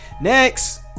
Next